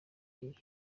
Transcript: haye